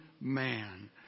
man